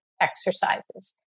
exercises